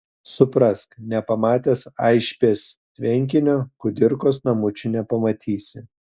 suprask nepamatęs aišbės tvenkinio kudirkos namučių nepamatysi